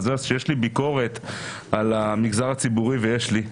כשיש לי ביקורת על המגזר הציבורי, ויש לי,